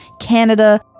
Canada